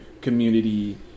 community